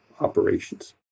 operations